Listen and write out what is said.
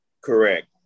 Correct